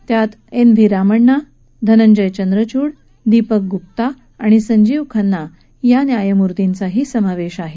या घटनापीठात N V Ramana Dhananjay Chandrachud Deepak Gupta आणि संजीव खन्ना या न्यायमूर्तींचाही समावेश आहे